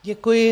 Děkuji.